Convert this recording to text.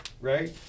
right